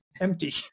empty